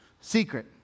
secret